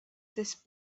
this